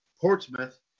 Portsmouth